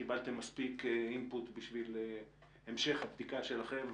קיבלתם מספיק אינפוט בשביל המשך הבדיקה שלכם.